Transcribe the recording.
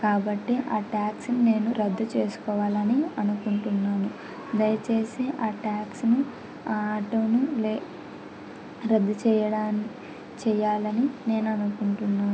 కాబట్టి ఆ ట్యాక్సీని నేను రద్దు చేసుకోవాలని అనుకుంటున్నాను దయచేసి ఆ ట్యాక్సీని ఆ ఆటోను లే రద్దు చేయడా చెయ్యాలని నేను అనుకుంటున్నాను